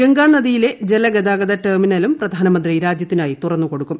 ഗംഗാനദിയിലെ ജലഗതാഗത ടെർമിനലും പ്രധാനമന്ത്രി രാജ്യത്തിനായി തുറന്നുകൊടുക്കും